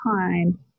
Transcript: time